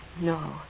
No